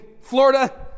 Florida